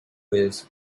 quiz